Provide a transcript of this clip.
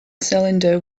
cylinder